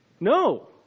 No